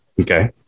Okay